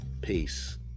Peace